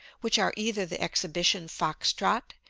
which are either the exhibition fox trot,